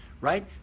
right